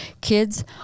Kids